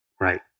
right